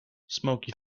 smoky